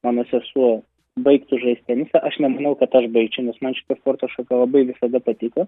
mano sesuo baigtų žaist tenisą aš nemanau kad aš baigčiau nes man šita sporto šaka labai visada patiko